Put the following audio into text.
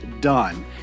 done